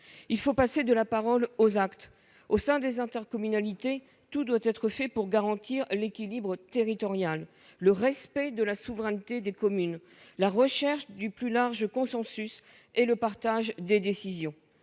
Il faut passer de la parole aux actes : au sein des intercommunalités, tout doit être fait pour garantir l'équilibre territorial, le respect de la souveraineté des communes, la recherche du plus large consensus et le partage des décisions.